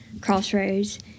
Crossroads